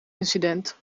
incident